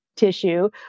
tissue